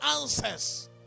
answers